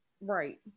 Right